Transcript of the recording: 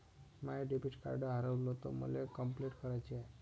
माय debit card हारवल तर मले कंपलेंट कराची हाय